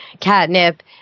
catnip